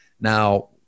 Now